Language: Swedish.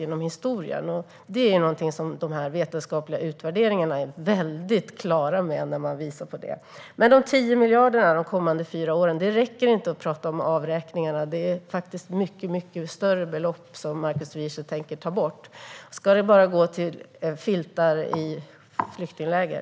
Det står väldigt klart i de vetenskapliga utvärderingarna. När det gäller de 10 miljarderna under de kommande fyra åren räcker det inte att tala om avräkningarna eftersom det är mycket större belopp som Markus Wiechel tänker ta bort. Ska pengarna bara räcka till filtar i flyktingläger?